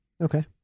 Okay